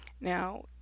Now